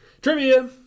Trivia